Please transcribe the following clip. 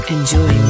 Enjoy